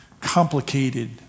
complicated